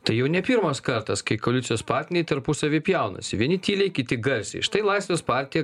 tai jau ne pirmas kartas kai koalicijos partneriai tarpusavy pjaunasi vieni tyliai kiti garsiai štai laisvės partija